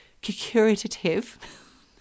curative